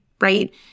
right